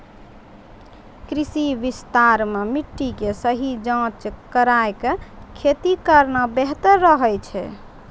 कृषि विस्तार मॅ मिट्टी के सही जांच कराय क खेती करना बेहतर रहै छै